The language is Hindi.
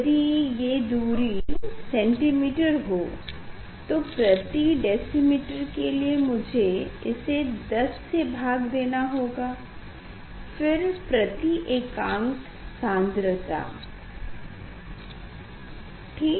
यदि ये दूरी l सेंटिमेटर हो तो प्रति डेसीमीटर के लिए मुझे इसे 10 से भाग देना होगा फिर प्रति एकांक सान्द्रता ठीक